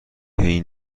این